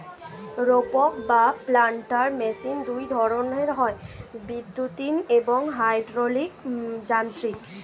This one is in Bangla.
রোপক বা প্ল্যান্টার মেশিন দুই ধরনের হয়, বৈদ্যুতিন এবং হাইড্রলিক যান্ত্রিক